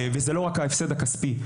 וזה לא רק ההפסד הכספי,